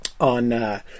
on